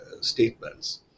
statements